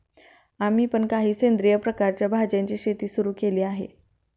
आम्ही पण काही सेंद्रिय प्रकारच्या भाज्यांची शेती सुरू केली आहे